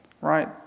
right